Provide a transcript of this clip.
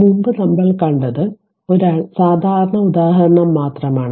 മുമ്പ് നമ്മൾ കണ്ടത് ഒരു സാധാരണ ഉദാഹരണം മാത്രമാണ്